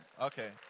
Okay